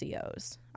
COs